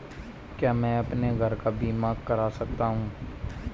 क्या मैं अपने घर का बीमा करा सकता हूँ?